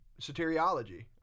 soteriology